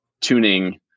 tuning